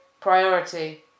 priority